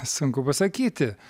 sunku pasakyti